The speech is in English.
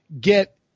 get